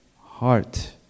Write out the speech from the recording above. heart